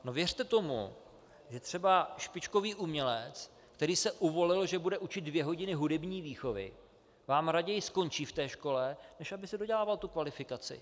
No věřte tomu, že třeba špičkový umělec, který se uvolil, že bude učit dvě hodiny hudební výchovy, vám raději skončí ve škole, než by si dodělával kvalifikaci.